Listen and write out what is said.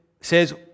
says